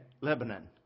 Lebanon